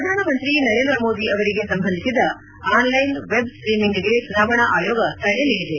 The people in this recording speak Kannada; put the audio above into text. ಪ್ರಧಾನಮಂತ್ರಿ ನರೇಂದ್ರ ಮೋದಿ ಅವರಿಗೆ ಸಂಬಂಧಿಸಿದ ಆನ್ಲೈನ್ ವೆಬ್ ಸ್ವೀಮಿಂಗ್ಗೆ ಚುನಾವಣಾ ಆಯೋಗ ತಡೆ ನೀಡಿದೆ